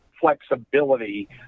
flexibility